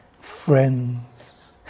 friends